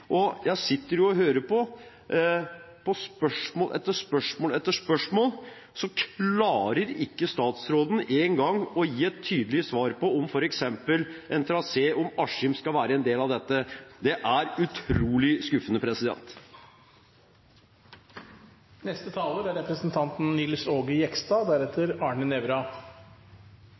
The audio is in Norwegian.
troverdig. Jeg sitter og hører på spørsmål etter spørsmål etter spørsmål. Statsråden klarer ikke engang å gi et tydelig svar på om f.eks. en trasé om Askim skal være en del av dette. Det er utrolig skuffende. Jeg synes kanskje man kunne forholde seg til litt av det som er